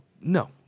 No